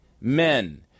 Men